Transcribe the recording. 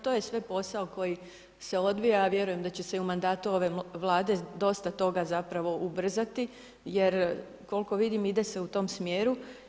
To je sve posao koji se odvija, ja vjerujem da će se i u mandatu ove Vlade dosta toga zapravo ubrzati jer koliko vidim, ide se u tom smjeru.